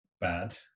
bad